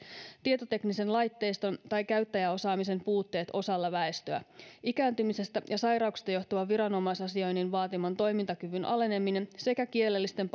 tietoteknisen laitteiston tai käyttäjäosaamisen puutteet osalla väestöä ikääntymisestä ja sairauksista johtuva viranomaisasioinnin vaatiman toimintakyvyn aleneminen sekä kielellisten